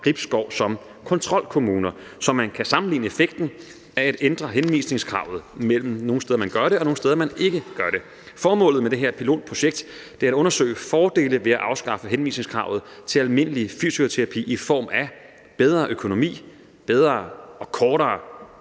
Gribskov som kontrolkommuner, så man kan sammenligne effekten af at ændre henvisningskravet mellem nogle steder, hvor man gør det, og nogle steder, hvor man ikke gør det. Formålet med det her pilotprojekt er at undersøge fordele ved at afskaffe henvisningskravet til almindelig fysioterapi i form af bedre økonomi, bedre og kortere